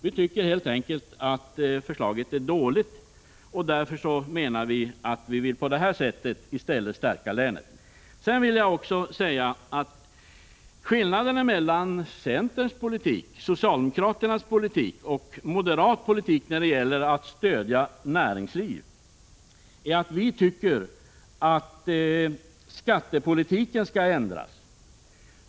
Vi tycker helt enkelt att det är dåligt. I stället vill vi på det sätt som jag har redovisat stärka länet. Skillnaden mellan centerns, socialdemokraternas och moderaternas politik för att stödja näringslivet är att vi tycker att skattepolitiken skall ändras.